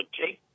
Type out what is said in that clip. take